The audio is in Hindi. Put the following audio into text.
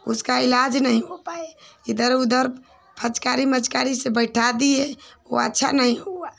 उनका इलाज़ नहीं हो पाया इधर उधर फचकारी मचकरी से बैठा दिए वह अच्छा नहीं हुआ